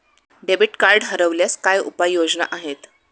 Debit card हरवल्यास काय उपाय योजना आहेत?